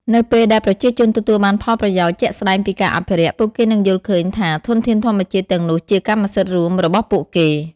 នៅពេលដែលប្រជាជនទទួលបានផលប្រយោជន៍ជាក់ស្ដែងពីការអភិរក្ស ពួកគេនឹងយល់ឃើញថាធនធានធម្មជាតិទាំងនោះជាកម្មសិទ្ធិរួមរបស់ពួកគេ។